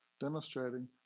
demonstrating